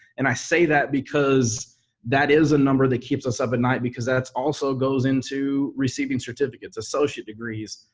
and i say that because that is a number that keeps us up at night, because that's also goes into receiving certificates, associate degrees,